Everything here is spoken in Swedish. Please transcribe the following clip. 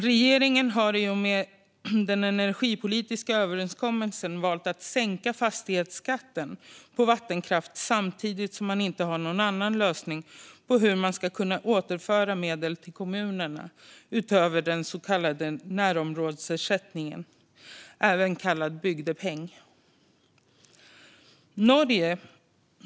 Regeringen har i och med den energipolitiska överenskommelsen valt att sänka fastighetsskatten på vattenkraft samtidigt som man inte har någon annan lösning på hur man ska kunna återföra medel till kommunerna utöver den så kallade närområdesersättningen - även kallad bygdepeng.